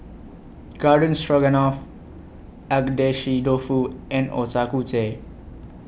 Garden Stroganoff Agedashi Dofu and Ochazuke